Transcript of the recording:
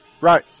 Right